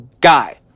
guy